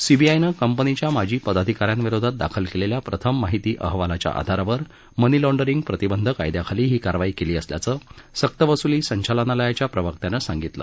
CBI नं कंपनीच्या माजी पदाधिकाऱ्यांविरोधात दाखल केलेल्या प्रथम माहिती अहवालाच्या आधारावर मनी लाँडरिंग प्रतिबंध कायद्याखाली ही कारवाई केली असल्याचं सक्तवसुली संचालनालयाच्या प्रवक्त्यानं सांगितलं